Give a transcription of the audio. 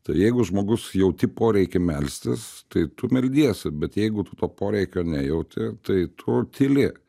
tai jeigu žmogus jauti poreikį melstis tai tu meldiesi bet jeigu tu to poreikio nejauti tai tu tyli